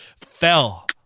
fell